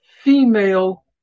female